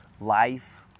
life